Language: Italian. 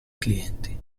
clienti